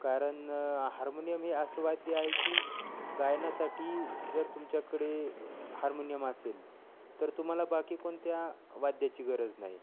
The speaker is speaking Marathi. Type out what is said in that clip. कारण हार्मोनियम हे असं वाद्य आहे की गायनासाठी जर तुमच्याकडे हार्मोनियम असेल तर तुम्हाला बाकी कोणत्या वाद्याची गरज नाही